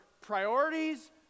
priorities